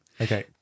Okay